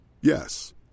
Yes